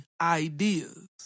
ideas